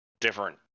different